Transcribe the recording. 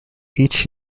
each